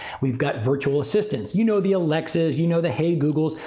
we've got virtual assistance. you know the alexis, you know the hey googles.